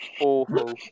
Awful